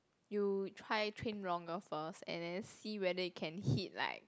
you try train longer first and then see whether you can hit like